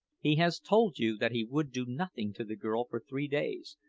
he has told you that he would do nothing to the girl for three days,